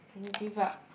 give up